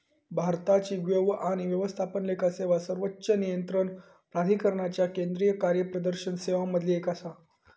भारताची व्यय आणि व्यवस्थापन लेखा सेवा सर्वोच्च नियंत्रण प्राधिकरणाच्या केंद्रीय कार्यप्रदर्शन सेवांमधली एक आसा